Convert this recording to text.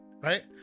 right